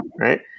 right